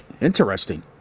Interesting